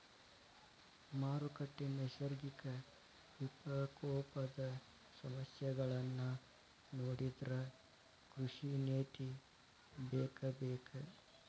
ಮಾರುಕಟ್ಟೆ, ನೈಸರ್ಗಿಕ ವಿಪಕೋಪದ ಸಮಸ್ಯೆಗಳನ್ನಾ ನೊಡಿದ್ರ ಕೃಷಿ ನೇತಿ ಬೇಕಬೇಕ